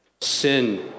Sin